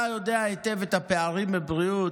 אתה מכיר היטב את הפערים בבריאות,